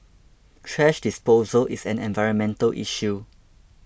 thrash disposal is an environmental issue